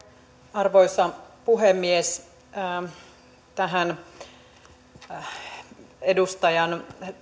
arvoisa puhemies tähän edustajan